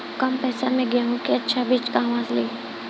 कम पैसा में गेहूं के अच्छा बिज कहवा से ली?